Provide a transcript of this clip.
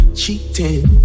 cheating